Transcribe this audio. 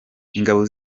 ingabo